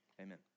amen